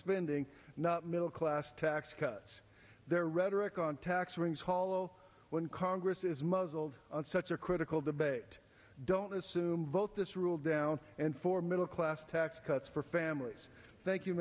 spending not middle class tax cuts their rhetoric on tax rings hollow when congress is muzzled on such a critical debate don't assume vote this rule down and for middle class tax cuts for families